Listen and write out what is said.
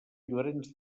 llorenç